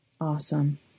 Awesome